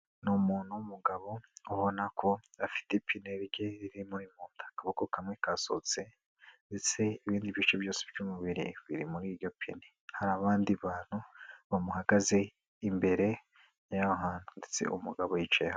Ni umuntu w'umugabo ubona ko afite ipine rye riri muri mu nda, akaboko kamwe kasohotse ndetse ibindi bice byose by'umubiri ikwiriye muri iryo penine. Hari abandi bantu bamuhagaze imbere y'aho hantu ndetse umugabo yicaye hasi.